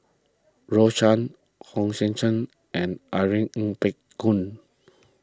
Rose Chan Hong Sek Chern and Irene Ng Phek Hoong